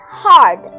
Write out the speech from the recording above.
hard